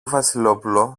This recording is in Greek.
βασιλόπουλο